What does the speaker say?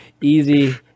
Easy